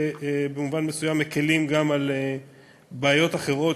ובמובן מסוים מקילים גם לגבי בעיות אחרות